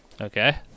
Okay